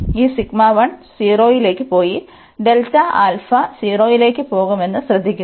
ഈ 0 ലേക്ക് പോയി 0 ലേക്ക് പോകുമെന്നത് ശ്രദ്ധിക്കുക